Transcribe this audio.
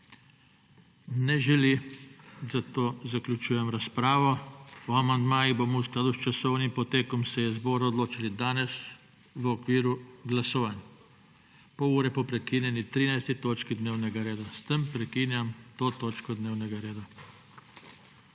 Ne želi. Zato zaključujem razpravo. O amandmajih bomo v skladu s časovnim potekom seje zbora odločali danes v okviru glasovanj, pol ure po prekinjeni 13. točki dnevnega reda. S tem prekinjam to točko dnevnega reda.